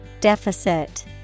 Deficit